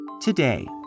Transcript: Today